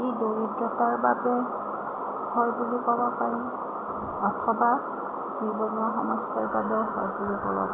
ই দৰিদ্ৰতাৰ বাবে হয় বুলি ক'ব পাৰি অথবা নিবনুৱা সমস্য়াৰ বাবেও হয় বুলি ক'ব পাৰি